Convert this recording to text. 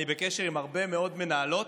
אני בקשר עם הרבה מאוד מנהלות,